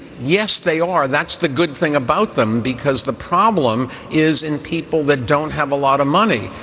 yes, they are. that's the good thing about them. because the problem is in people that don't have a lot of money.